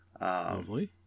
Lovely